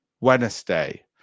Wednesday